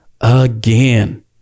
again